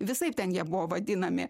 visaip ten jie buvo vadinami